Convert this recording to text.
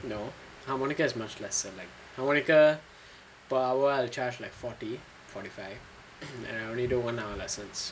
no harmonica is much lesser like harmonica per hour I will charge like forty forty five right and only need a one hour lessons